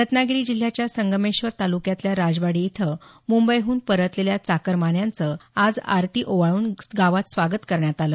रत्नागिरी जिल्ह्याच्या संगमेश्वर तालुक्यातल्या राजवाडी इथं मुंबहून परतलेल्या चाकरमान्यांचं आज आरती ओवाळून गावात स्वागत करण्यात आलं